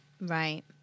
Right